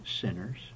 sinners